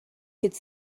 could